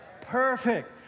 perfect